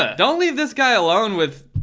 ah don't leave this guy alone with